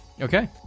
Okay